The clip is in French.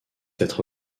être